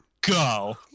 go